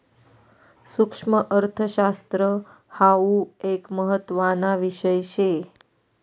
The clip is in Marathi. सुक्ष्मअर्थशास्त्र हाउ एक महत्त्वाना विषय शे